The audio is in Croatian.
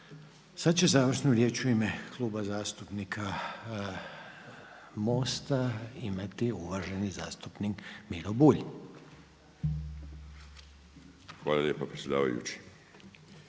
Sad će završnu riječ u ime Kluba zastupnika MOST-a imati uvaženi zastupnik Miro Bulj. **Bulj, Miro